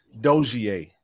Dozier